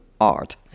art